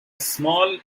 small